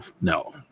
no